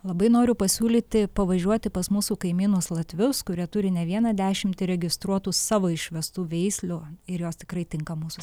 labai noriu pasiūlyti pavažiuoti pas mūsų kaimynus latvius kurie turi ne vieną dešimtį registruotų savo išvestų veislių ir jos tikrai tinka mūsų